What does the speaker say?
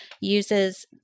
uses